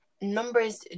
Numbers